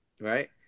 Right